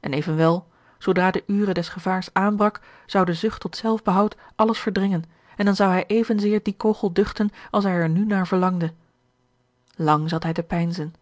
evenwel zoodra de ure des gevaars aanbrak zou de zucht tot zelfbehoud alles verdringen en dan zou hij evenzeer dien kogel duchten als hij er nu naar verlangde lang zat hij te peinzen